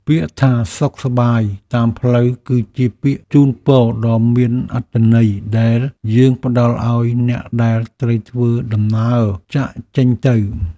ពាក្យថាសុខសប្បាយតាមផ្លូវគឺជាពាក្យជូនពរដ៏មានអត្ថន័យដែលយើងផ្ដល់ឱ្យអ្នកដែលត្រូវធ្វើដំណើរចាកចេញទៅ។